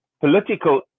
political